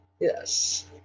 Yes